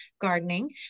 gardening